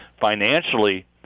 financially